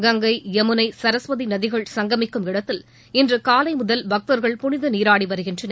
கங்கை யமுனை சரஸ்வதி நதிகள் சங்கமிக்கும் இடத்தில் இன்று காலை முதல் பக்தர்கள் புனித நீராடி வருகின்றனர்